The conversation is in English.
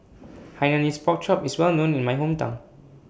Hainanese Pork Chop IS Well known in My Hometown